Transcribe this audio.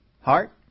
Heart